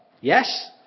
yes